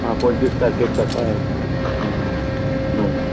हां पंच्वीस तारकेक सकाळीं